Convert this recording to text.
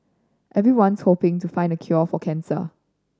everyone's hoping to find the cure for cancer